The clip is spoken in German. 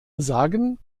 sagen